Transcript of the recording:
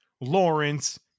Lawrence